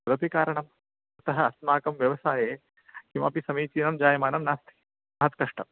तदपि कारणम् अतः अस्माकम् व्यवसाये किमपि समीचीनं जायमानं नास्ति महत् कष्टं